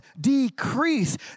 decrease